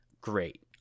great